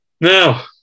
Now